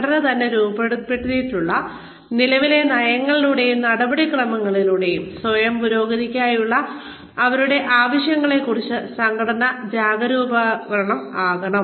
സംഘടന തന്നെ രൂപപ്പെടുത്തിയിട്ടുള്ള നിലവിലെ നയങ്ങളിലൂടെയും നടപടിക്രമങ്ങളിലൂടെയും സ്വയം പുരോഗതിക്കായിയുള്ള അവരുടെ ആവശ്യത്തെക്കുറിച്ച് സംഘടന ജാഗരൂപരാവണം